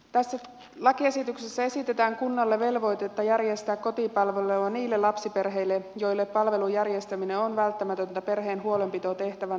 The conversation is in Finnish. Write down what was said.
tässä lakiesityksessä esitetään kunnalle velvoitetta järjestää kotipalvelua niille lapsiperheille joille palvelun järjestäminen on välttämätöntä perheen huolenpitotehtävän turvaamiseksi